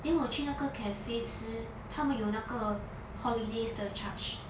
then 我去那个 cafe 吃他们有那个 holiday surcharge